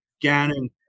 Gannon